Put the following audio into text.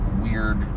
weird